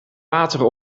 water